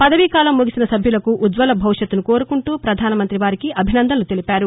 పదవీ కాలం ముగిసిన సభ్యులకు ఉజ్వల భవిష్యత్ను కోరుకుంటూ ప్రధానమంత్రి వారికి అభినందనలు తెలిపారు